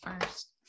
first